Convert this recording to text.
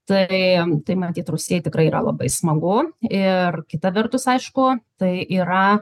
tai tai matyt rusija tikrai yra labai smagu ir kita vertus aišku tai yra